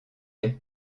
est